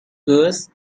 girls